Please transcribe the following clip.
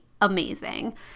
amazing